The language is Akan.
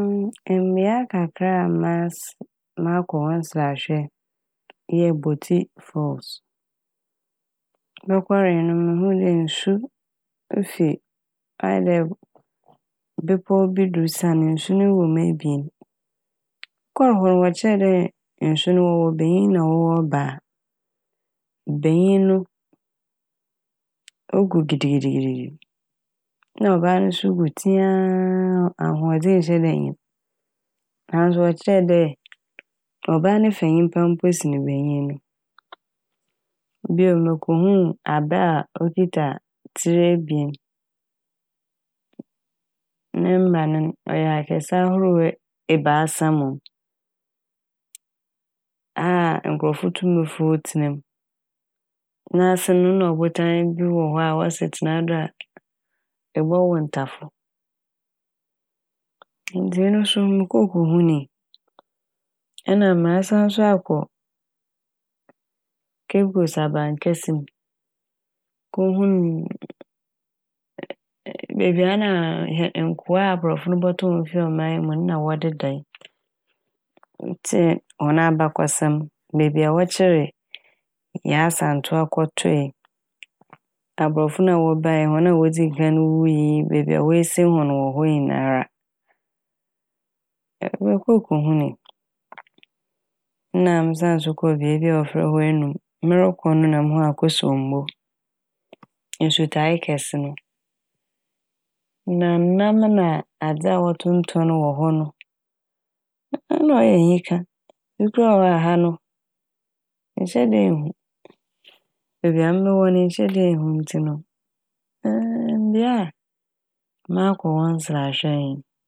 Mbea kakra a mase- makɔ hɔ nserahwɛ yɛ " Boti Falls". Mokɔree no muhuu dɛ nsu efi ɔayɛ dɛ bepow bi do sian. Nsu no wɔ mu ebien mokɔr hɔ no wɔkyerɛɛ dɛ nsu no wɔwɔ banyin na wɔwɔ ɔbaa. Banyin no ogu gedigedi na ɔbaa no so gu tseaaaa ahoɔdzen nnhyɛ da nnyi m' naaso wɔkyerɛ dɛ ɔbaa no fa nyimpa mpo sen banyin no. Bio, mokohun abɛ a okitsa tsir ebien ne mba no ɔyɛ akɛse ahorow e- ebiasa mom a nkorɔfo tum fow tsena m'. N'ase no na ɔbotan bi wɔ hɔ a wɔse etsena do a ebɔwo ntafo ntsi eno so mokɔe kohunii. Nna masan so akɔ "Cape Coast" Aban kɛse m'. Mokohun beebi a ɛna hɛ- nkowa a aborɔfo n' bɔtɔ hɔn fi ɔman yi mu n' wɔdedae. Metsie hɔn abakɔsɛm beebi a wɔkyere Yaa Asantewaa kɔ toe, aborɔfo no a wɔbae, hɔn a wodzii kan wui beebi a woesie hɔn wɔ hɔ nyinara. mokɔe kohunii na a mesan so kɔɔ beebi a wɔfrɛ hɔ Enum, morokɔ na muhuu Akosombo nsutae kɛse no na nam nadze a wɔtontɔn wɔ hɔ no nna ɔyɛ enyika, bi koraa wɔ hɔ a aha no nnhyɛ da a nnhu beebi a ame mowɔ no nnhyɛ da a nnhu ntsi bea a makɔ hɔ nserahwɛ nye n'.